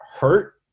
hurt